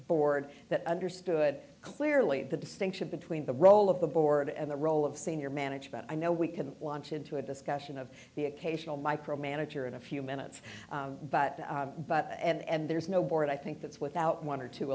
board that understood clearly the distinction between the role of the board and the role of senior management i know we can launch into a discussion of the occasional micro manager in a few minutes but but and there's no board i think that's without one or two